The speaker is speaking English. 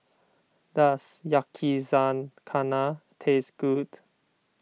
does Yakizakana taste good